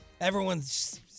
Everyone's